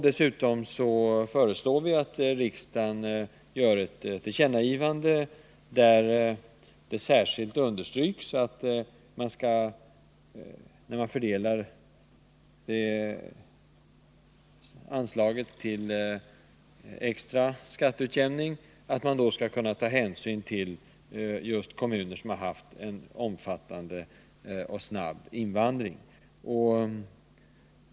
Dessutom föreslår vi att riksdagen skall göra ett tillkännagivande, där det särskilt understryks att man vid fördelningen av anslaget till extra skatteutjämning skall ta särskild hänsyn till de kommuner som har haft en omfattande och snabb invandring.